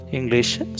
English